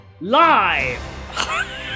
live